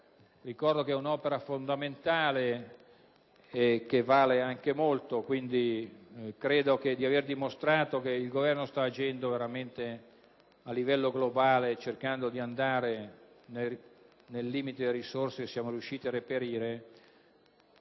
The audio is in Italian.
si tratta di un'opera fondamentale, che vale anche molto. Credo pertanto di aver dimostrato che il Governo sta agendo veramente a livello globale, cercando di intervenire, nel limite delle risorse che si è riusciti a reperire,